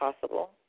possible